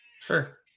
Sure